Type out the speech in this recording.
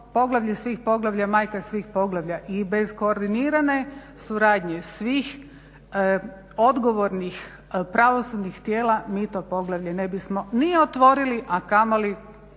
poglavlje svih poglavlja, majka svih poglavlja. I bez koordinirane suradnje svih odgovornih pravosudnih tijela mi to poglavlje ne bismo ni otvorili, a kamoli